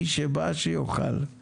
מי שבא שיאכל.